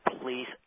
please